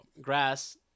grass